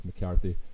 McCarthy